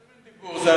איזה מין דיבור זה?